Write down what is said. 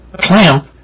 clamp